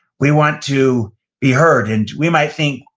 we want to be heard. and we might think,